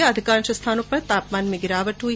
इससे अधिकांश स्थानों पर तापमान में गिरावट आई